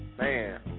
Man